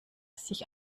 sich